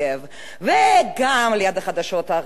ליד החדשות הרעות האלה יש לי חדשות טובות בשבילו.